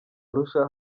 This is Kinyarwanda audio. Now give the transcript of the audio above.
arusha